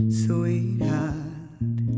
sweetheart